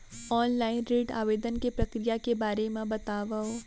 Online ऋण आवेदन के प्रक्रिया के बारे म बतावव?